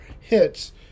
hits